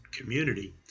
community